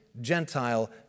Gentile